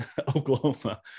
Oklahoma